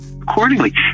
accordingly